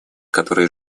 которой